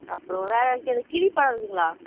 அப்புறம் வேறு எதாச்சு இந்த கிவி பழம் இருக்குதுங்களா